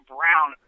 Brown